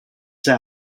say